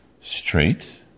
straight